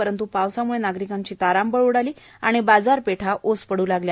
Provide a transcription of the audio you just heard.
परंत् पावसामुळे नागरिकांची तारांबळ उडाली आणि बाजारपेठा ओस पड्ट लागल्या